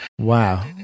Wow